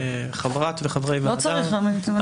חברת הכנסת גוטליב,